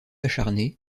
acharnée